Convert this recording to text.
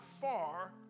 far